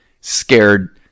scared